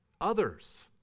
others